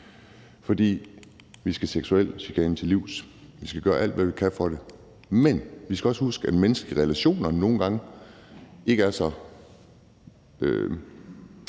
for vi skal seksuel chikane til livs, vi skal gøre alt, hvad vi kan for det, men vi skal også huske, at i menneskelige relationer er intentionen med